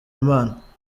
imana